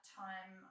time